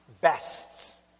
bests